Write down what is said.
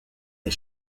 est